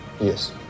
yes